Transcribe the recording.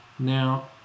now